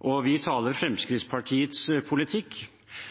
og vi taler Fremskrittspartiets politikk.